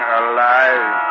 alive